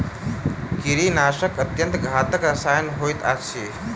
कीड़ीनाशक अत्यन्त घातक रसायन होइत अछि